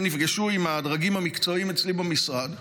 הם נפגשו עם הדרגים המקצועיים אצלי במשרד,